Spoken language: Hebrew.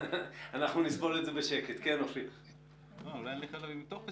אתמול נתתי הרצאה יחד עם חברי